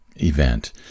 event